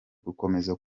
gukomeza